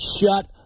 Shut